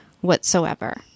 whatsoever